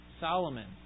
Solomon